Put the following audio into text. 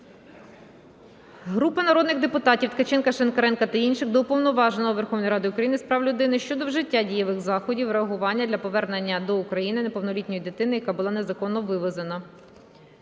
Групи народних депутатів (Ткаченка, Шинкаренка та інших) до Уповноваженого Верховної Ради України з прав людини щодо вжиття дієвих заходів реагування для повернення до України неповнолітньої дитини, яка була незаконно вивезена.